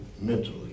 mentally